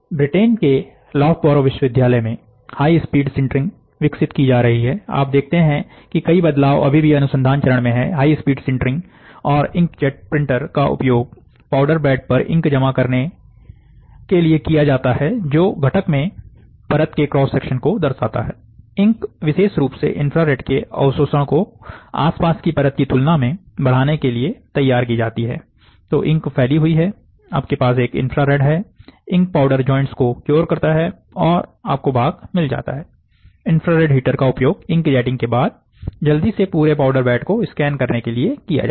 Britain के Loughborough विश्वविद्यालय में हाई स्पीड सिंटरिंग विकसित की जा रही है आप देखते हैं कि कई बदलाव अभी भी अनुसंधान चरण में है हाई स्पीड सिंटरिंग और इंकजेट प्रिंटर का उपयोग पाउडर बेड पर इंक जमा करने के लिए किया जाता है जो घटक में परत के क्रॉस सेक्शन को दर्शाता है इंक विशेष रूप से इंफ्रारेड के अवशोषण को आसपास की परत की तुलना में बढ़ाने के लिए तैयार की जाती है तो इंक फैली हुई है आपके पास एक इंफ्रारेड है इंक पाउडर जॉइंट्स को क्योर करता है और आपको भाग मिल जाता है इंफ्रारेड हीटर का उपयोग इंक जैटिंग के बाद जल्दी से पूरे पाउडर बेड को स्कैन करने के लिए किया जाता है